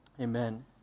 amen